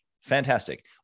fantastic